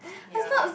ya